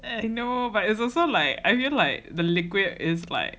and you know but it's also like I mean like the liquid is like